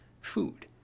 food